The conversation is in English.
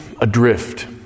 adrift